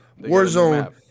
Warzone